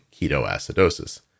ketoacidosis